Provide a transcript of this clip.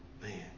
Man